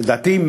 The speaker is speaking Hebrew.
לדעתי,